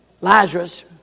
Lazarus